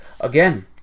again